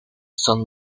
son